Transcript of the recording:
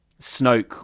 Snoke